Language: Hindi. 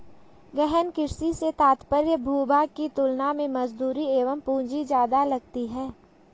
गहन कृषि से तात्पर्य भूभाग की तुलना में मजदूरी एवं पूंजी ज्यादा लगती है